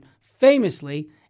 famously